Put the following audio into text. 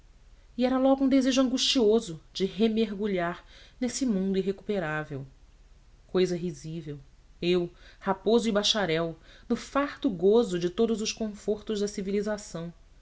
e era logo um desejo angustioso de remergulhar nesse mundo irrecuperável cousa risível eu raposo e bacharel no farto gozo de todos os confortos da civilização